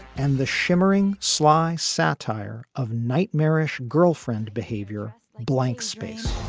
and the shimmering, sly satire of nightmarish girlfriend behavior blank space